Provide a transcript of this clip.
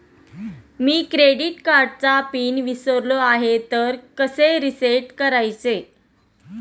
मी credit कार्डचा PIN विसरलो आहे तर कसे रीसेट करायचे?